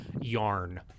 yarn